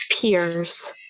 peers